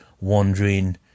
wandering